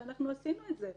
אנחנו עושים את זה,